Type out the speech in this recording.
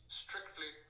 strictly